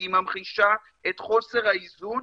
כי היא ממחישה את חוסר האיזון,